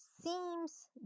seems